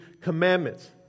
commandments